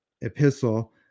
epistle